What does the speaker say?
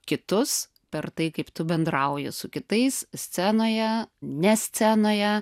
kitus per tai kaip tu bendrauji su kitais scenoje ne scenoje